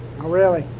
really?